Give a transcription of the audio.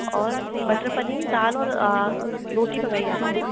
और बटर पनीर दाल और रोटी मंगाई है आपने है ना